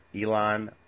Elon